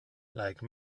like